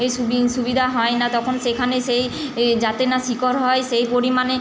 এই সুবিং সুবিধা হয় না তখন সেখানে সেই এই যাতে না শিকড় হয় সেই পরিমাণে